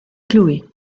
chloé